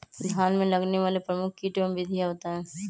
धान में लगने वाले प्रमुख कीट एवं विधियां बताएं?